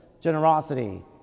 generosity